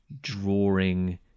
drawing